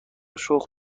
شخم